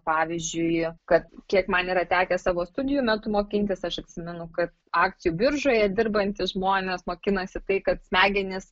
pavyzdžiui kad kiek man yra tekę savo studijų metu mokintis aš atsimenu kad akcijų biržoje dirbantys žmonės mokinasi tai kad smegenys